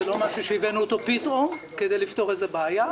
זה לא דבר שהבאנו פתאום כדי לפתור איזו בעיה.